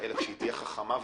אלא שתהיה חכמה ומידתית.